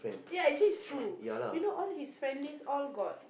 ya actually is true you know all his friends list all got